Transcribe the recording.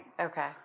Okay